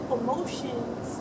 emotions